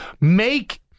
make